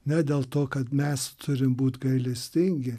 ne dėl to kad mes turim būt gailestingi